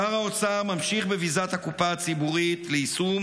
שר האוצר ממשיך בביזת הקופה הציבורית ליישום